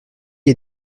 est